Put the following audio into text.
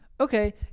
Okay